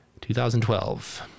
2012